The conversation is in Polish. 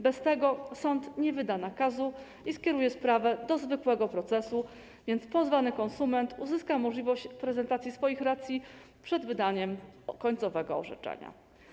Bez tego sąd nie wyda nakazu i skieruje sprawę do zwykłego procesu, więc pozwany konsument uzyska możliwość prezentacji swoich racji przed wydaniem końcowego orzeczenia.